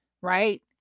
right